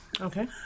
Okay